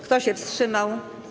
Kto się wstrzymał?